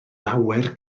lawer